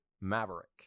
maverick